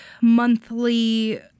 monthly